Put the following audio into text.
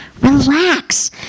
Relax